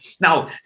now